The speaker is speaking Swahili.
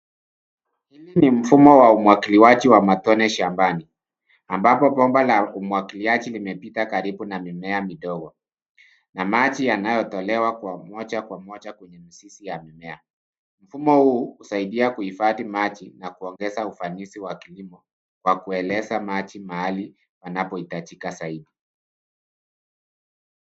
Hii ni mfumo wa umwagiliwaji wa matone shambani ambapo bomba la umwagiliaji limepita karibu na mimea midogo na maji yanayotolewa kwa moja kwa moja kwenye mizizi ya mimea. Mfumo huu husaidia kuhifadhi maji na kuongeza ufanisi wa kilimo kwa kueleza maji mahali panapohitajika zaidi.